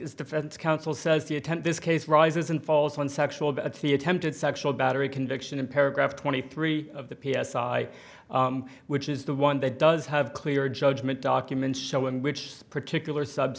e defense counsel says the attend this case rises and falls on sexual betty attempted sexual battery conviction and paragraph twenty three of the p s i i which is the one that does have clear judgment documents show in which particular sub